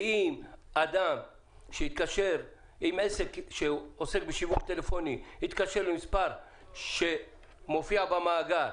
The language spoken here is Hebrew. ואם עסק שעוסק בשיווק טלפוני התקשר למספר שמופיע במאגר,